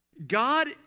God